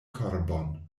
korbon